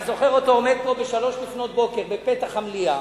אני זוכר אותו עומד פה ב-03:00 בפתח המליאה,